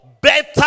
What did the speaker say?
better